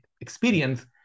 experience